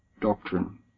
doctrine